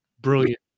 Brilliant